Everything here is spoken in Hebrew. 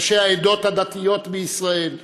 ראשי העדות הדתיות בישראל,